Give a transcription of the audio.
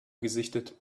gesichtet